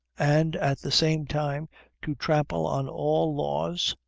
and at the same time to trample on all laws,